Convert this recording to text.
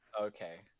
Okay